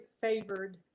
favored